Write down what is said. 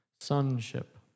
Sonship